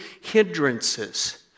hindrances